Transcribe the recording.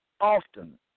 often